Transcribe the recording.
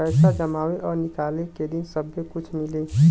पैसा जमावे और निकाले के दिन सब्बे कुछ मिली